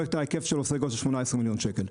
היקף הפרויקט הוא סדר גודל של 18 מיליון שקל.